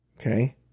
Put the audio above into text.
okay